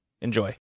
Enjoy